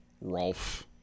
Rolf